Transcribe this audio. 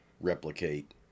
replicate